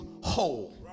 whole